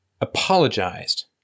apologized